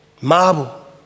marble